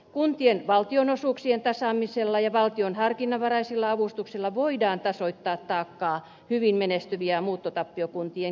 kuntien valtionosuuksien tasaamisella ja valtion harkinnanvaraisilla avustuksilla voidaan tasoittaa taakkaa hyvin menestyvien ja muuttotappiokuntien kesken